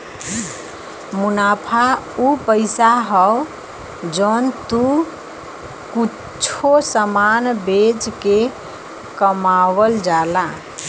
मुनाफा उ पइसा हौ जौन तू कुच्छों समान बेच के कमावल जाला